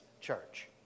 church